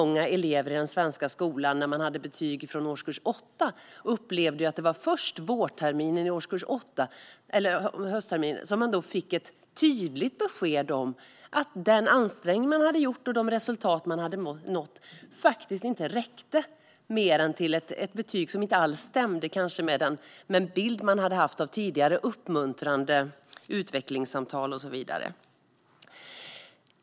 När den svenska skolan hade betyg från årskurs 8 upplevde alltför många elever att det var först efter höstterminen i årskurs 8 som de fick ett tydligt besked om att den ansträngning de gjort och de resultat de hade uppnått inte alls räckte till ett betyg som stämde med den bild de fått utifrån tidigare uppmuntrande utvecklingssamtal och så vidare.